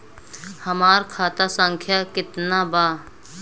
हमार खाता संख्या केतना बा?